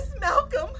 Malcolm